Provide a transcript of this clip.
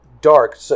dark